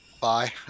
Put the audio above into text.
Bye